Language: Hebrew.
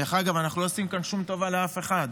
דרך אגב, אנחנו לא עושים כאן שום טובה לאף אחד.